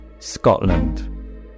Scotland